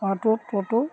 hot টোটো